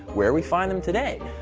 where we find them today.